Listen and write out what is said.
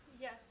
Yes